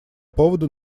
поводу